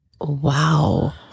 Wow